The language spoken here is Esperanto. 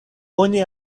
oni